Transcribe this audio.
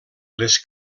les